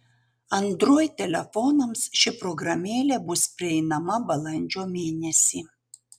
android telefonams ši programėlė bus prieinama balandžio mėnesį